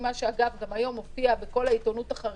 מה שאגב הופיע בכל העיתונות החרדית,